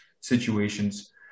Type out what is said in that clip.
situations